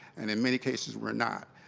and in many cases we're not.